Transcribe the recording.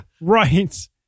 right